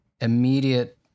immediate